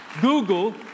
Google